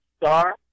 star